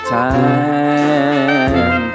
time